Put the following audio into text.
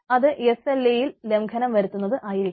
അത് S L A യിൽ ലംഘനം വരുത്തുന്നത് ആയിരിക്കും